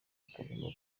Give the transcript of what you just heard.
zitagomba